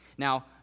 Now